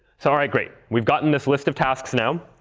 so all right, great. we've gotten this list of tasks now.